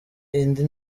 indi